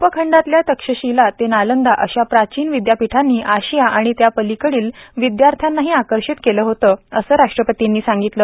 उपखंडातल्या तक्षशीला ते नालंदा अशा प्राचीन विद्यापीठांनी आशिया आणि त्या पलीकडील विद्यार्थ्यांनाही आकर्षित केले होते असे राष्ट्रपतींनी सांगितले